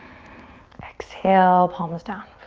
exhale, palms down.